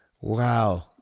Wow